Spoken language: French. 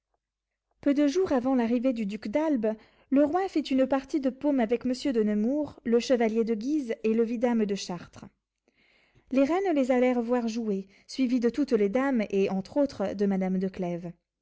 peu de jours avant l'arrivée du duc d'albe le roi fit une partie de paume avec monsieur de nemours le chevalier de guise et le vidame de chartres les reines les allèrent voir jouer suivies de toutes les dames et entre autres de madame